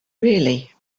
really